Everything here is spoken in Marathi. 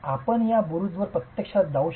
आपण या बुरुज वर प्रत्यक्षात जाऊ शकता